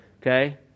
okay